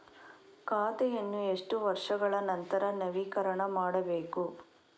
ಖಾತೆಯನ್ನು ಎಷ್ಟು ವರ್ಷಗಳ ನಂತರ ನವೀಕರಣ ಮಾಡಬೇಕು?